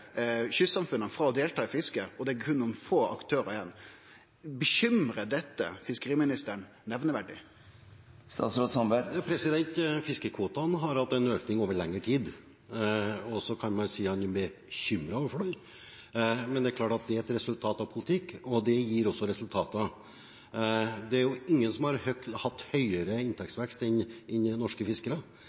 å delta i fisket, og det er berre nokre få aktørar igjen. Bekymrar dette fiskeriministeren nemneverdig? Fiskekvotene har hatt en økning over lengre tid, og så kan man si at man blir bekymret over det. Men det er klart at det er et resultat av politikk, og det gir også resultater. Det er ingen som har hatt høyere inntektsvekst enn norske fiskere. Hvis man sammenligner norske fiskere